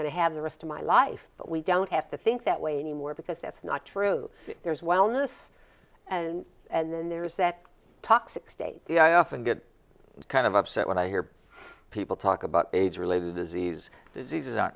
going to have the rest of my life but we don't have to think that way anymore because that's not true there's wellness and and then there's that toxic state the i often get kind of upset when i hear people talk about age related disease diseases